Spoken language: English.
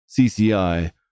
CCI